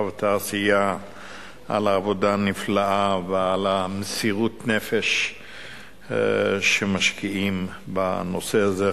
והתעשייה על העבודה הנפלאה ועל מסירות הנפש שמשקיעים בנושא הזה.